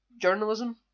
journalism